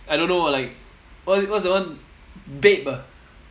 I don't know ah like what what's that one bape ah